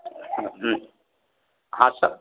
हाँ सर